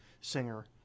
singer